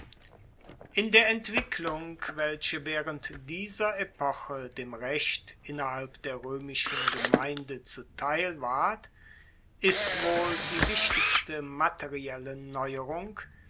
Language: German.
in der entwicklung welche waehrend dieser epoche dem recht innerhalb der roemischen gemeinde zuteil ward ist wohl die wichtigste materielle neuerung